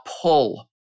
pull